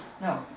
No